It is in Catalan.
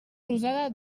rosada